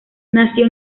nació